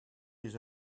his